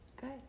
Good